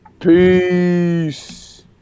Peace